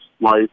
life